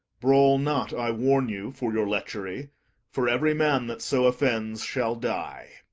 brawl not, i warn you, for your lechery for every man that so offends shall die.